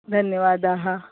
धन्यवादाः